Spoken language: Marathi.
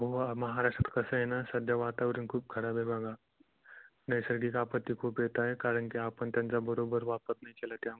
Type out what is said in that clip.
हो महाराष्ट्रात कसं आहे ना सध्या वातावरण खूप खराब आहे बघा नैसर्गिक आपत्ती खूप येत आहे कारण की आपण त्यांचा बरोबर वापर नाही केला त्यामुळे